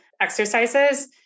exercises